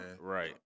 Right